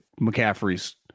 McCaffrey's